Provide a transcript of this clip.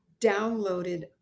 downloaded